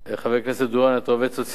חבר הכנסת דואן, אתה עובד סוציאלי.